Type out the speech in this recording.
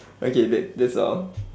okay that that's all